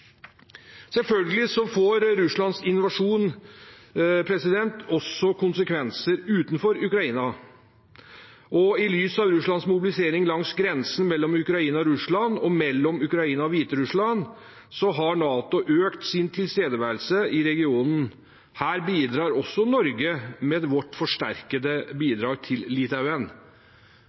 Selvfølgelig får Russlands invasjon også konsekvenser utenfor Ukraina. I lys av Russlands mobilisering langs grensen mellom Ukraina og Russland og mellom Ukraina og Hviterussland har NATO økt sin tilstedeværelse i regionen. Her bidrar også Norge med sitt forsterkede bidrag til Litauen.